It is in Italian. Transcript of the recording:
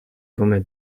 come